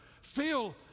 feel